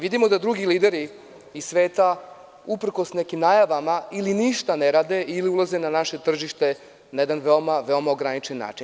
Vidimo da drugi lideri iz sveta, uprkos nekim najavama, ili ništa ne rade, ili ulaze na naše tržište na jedan veoma, veoma ograničen način.